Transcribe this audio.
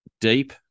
Deep